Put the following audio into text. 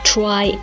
Try